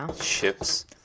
ships